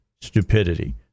stupidity